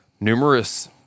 Numerous